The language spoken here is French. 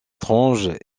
étrange